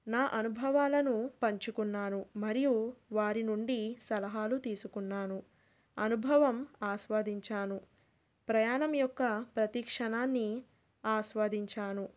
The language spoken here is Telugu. నా అనుభవాలను పంచుకున్నాను మరియు వారి నుండి సలహాలు తీసుకున్నాను అనుభవం ఆస్వాదించాను ప్రయాణం యొక్క ప్రతిక్షణాన్ని ఆస్వాదించాను